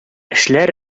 эшләр